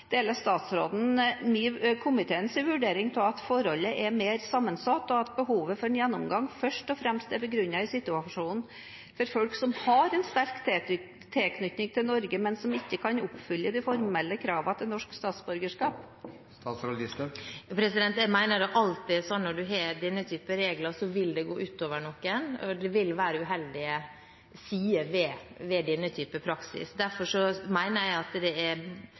at forholdet er mer sammensatt, og at behovet for en gjennomgang først og fremst er begrunnet i situasjonen til folk som har en sterk tilknytning til Norge, men som ikke kan oppfylle de formelle kravene til norsk statsborgerskap? Jeg mener det alltid er slik at når en har denne type regler, så vil det gå ut over noen, og det vil være uheldige sider ved denne type praksis. Derfor mener jeg at det er